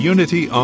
Unity